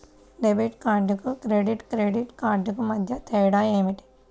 Debit కార్డుకు credit credit కార్డుకు మధ్య తేడా ఏమిటీ?